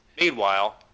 Meanwhile